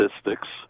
statistics